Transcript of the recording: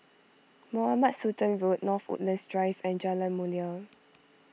Mohamed Sultan Road North Woodlands Drive and Jalan Mulia